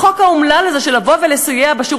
החוק האומלל הזה של לבוא ולסייע בשירות